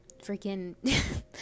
freaking